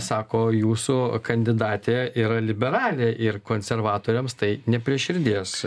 sako jūsų kandidatė yra liberalė ir konservatoriams tai ne prie širdies